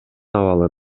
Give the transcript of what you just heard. абалы